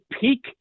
peak